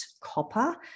copper